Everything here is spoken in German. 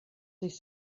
sich